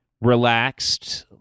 relaxed